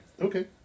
Okay